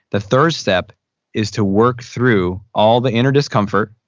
the third step is to work through all the inner discomfort,